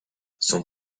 son